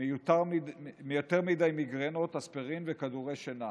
מיותר מדי מיגרנות, אספירין וכדורי שינה.